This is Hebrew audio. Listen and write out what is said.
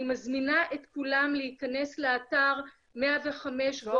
אני מזמינה את כולם להכנס לאתר 105.gov.il,